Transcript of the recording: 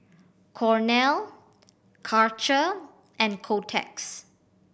Cornell Karcher and Kotex